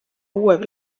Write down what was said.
uue